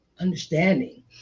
understanding